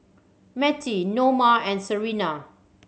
Mettie Noma and Serina